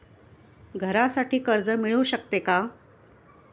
घरासाठी कर्ज मिळू शकते का?